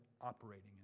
operating